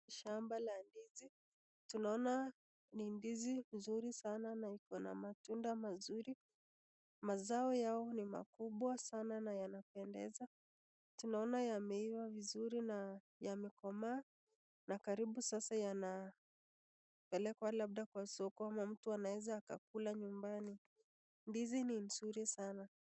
Shamba la ndizi tunaona ni ndizi nzuri sana na ikona matunda mazuri, mazao yao ni makubwa sana na yanapendeza tunaona yameiva vizuri na yamekomaa na karibu sasa yanapelekwa labda kwa soko ama mtu anaweza akakula nyumbani ndizi ni nzuri sana.